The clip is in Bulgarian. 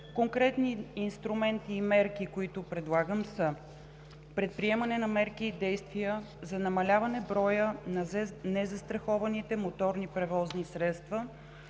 Конкретните инструменти и мерки, които предлагам, са: - предприемане на мерки и действия за намаляване броя на незастрахованите моторни превозни средства